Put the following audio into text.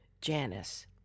Janice